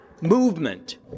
movement